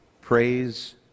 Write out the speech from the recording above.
Praise